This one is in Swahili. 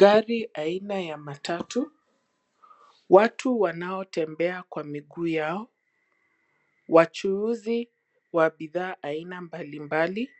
Gari aina ya matatu, watu wanaotembea kwa miguu yao ,wachuuzi wa bidhaa aina mbali mbali,